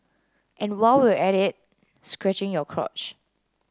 and while we're at it scratching your crotch